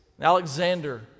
Alexander